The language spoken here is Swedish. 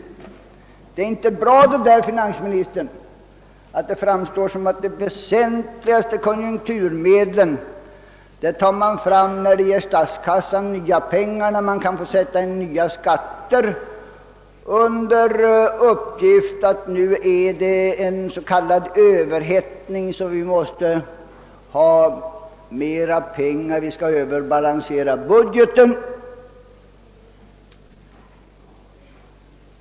Men det är inte bra, herr finansminister, att det verkar som om de känsligaste konjunkturmedlen endast tas fram när de kan tillföra statskassan pengar genom nya skatter, detta under åberopande av att det råder en s.k. överhettning som gör att man måste dra in mer pengar och överbalansera budgeten.